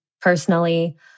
personally